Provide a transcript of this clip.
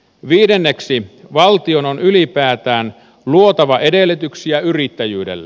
viidenneksi valtion on ylipäätään luotava edellytyksiä yrittäjyydelle